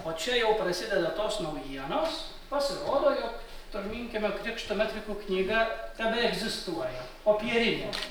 o čia jau prasideda tos naujienos pasirodo jog tolminkiemio krikšto metrikų knyga tebeegzistuoja popierinė